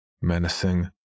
menacing